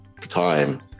time